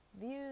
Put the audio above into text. views